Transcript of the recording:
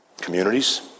Communities